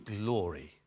glory